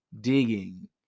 digging